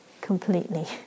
completely